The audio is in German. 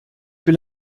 will